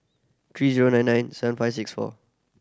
three zero nine nine seven five six four